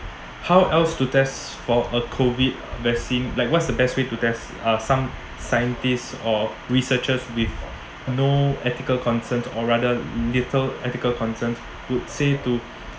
how else to test for a COVID vaccine like what's the best way to test uh some scientists or researchers with no ethical concerns or rather little ethical concerns would say to